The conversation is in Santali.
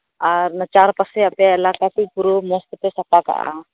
ᱟᱨ ᱚᱱᱟ ᱪᱟᱨᱯᱟᱥᱮ ᱟᱯᱮ ᱮᱞᱟᱠᱟ ᱠᱚ ᱯᱩᱨᱟᱹ ᱢᱚᱸᱡᱽ ᱛᱮᱯᱮ ᱥᱟᱯᱟ ᱠᱟᱜᱼᱟ